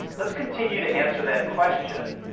let's continue to answer that question,